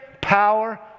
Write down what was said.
power